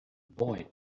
boy